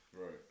Right